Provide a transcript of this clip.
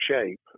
shape